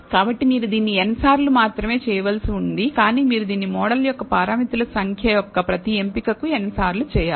కాబట్టి మీరు దీన్ని n సార్లు మాత్రమే చేయవలసి ఉంది కానీ మీరు దీన్ని మోడల్ యొక్క పారామితుల సంఖ్య యొక్క ప్రతి ఎంపికకు n సార్లు చేయాలి